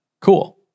Cool